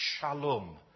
shalom